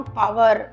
power